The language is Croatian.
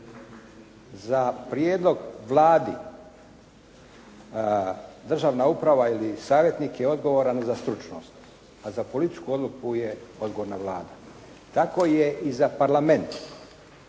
Za prijedlog Vladi državna uprava ili savjetnik je odgovoran za stručnost. A za političku odluku je odgovorna Vlada. Tako je i za Parlament.